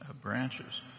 branches